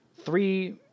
three